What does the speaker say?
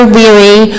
weary